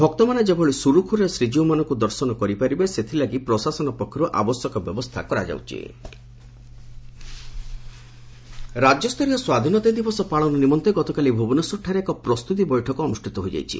ଭକ୍ତମାନେ ଯେଭଳି ସୁରୁଖୁରୁରେ ଶ୍ରୀକୀଉମାନଙ୍କୁ ଦର୍ଶନ କରିପାରିବେ ସେଥିଲାଗି ପ୍ରଶାସନ ପକ୍ଷର୍ଠ ଆବଶ୍ୟକ ବ୍ୟବସ୍ତା କରାଯାଉଛି ସ୍ୱାଧୀନତା ଦିବସ ପ୍ରସ୍ତୁତି ବୈଠକ ରାକ୍ୟସ୍ତରୀୟ ସ୍ୱାଧୀନତା ଦିବସ ପାଳନ ନିମନ୍ତେ ଗତକାଲି ଭୁବନେଶ୍ୱରଠାରେ ଏକ ପ୍ରସ୍ତୁତି ବୈଠକ ଅନୁଷିତ ହୋଇଯାଇଛି